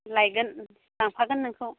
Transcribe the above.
लायगोन लांफागोन नोंखौ